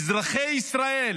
שאזרחי ישראל,